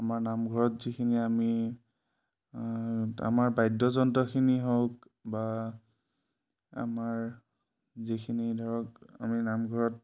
আমাৰ নামঘৰত যিখিনি আমি আমাৰ বাদ্যযন্ত্ৰখিনি হওক বা আমাৰ যিখিনি ধৰক আমি নামঘৰত